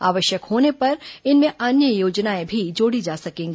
आवश्यक होने पर इनमें अन्य योजनाएं भी जोडी जा सकेंगी